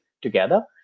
together